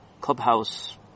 clubhouse